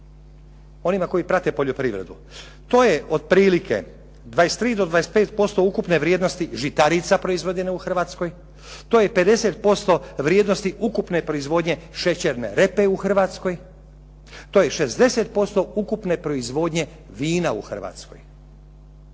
onima koji prate poljoprivredu. To je otprilike 23 do 25% ukupne vrijednosti žitarica proizvodnje u Hrvatskoj, to je 50% vrijednosti ukupne proizvodnje šećerne repe u Hrvatskoj, to je 60% ukupne proizvodnje vina u Hrvatskoj.